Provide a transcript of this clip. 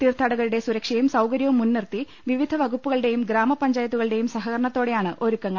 തീർത്ഥാടകരുടെ സുരക്ഷ യും സൌകര്യവും മുൻനിർത്തി വിവിധ വകുപ്പുക ളുടെയും ഗ്രാമപ്പഞ്ചായത്തു കളുടെയും സഹകരണ ത്തോടെയാണ് ഒരുക്കങ്ങൾ